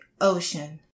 Ocean